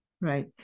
Right